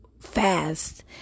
fast